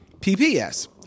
PPS